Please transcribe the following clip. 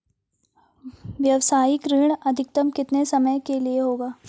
व्यावसायिक ऋण अधिकतम कितने समय के लिए होगा?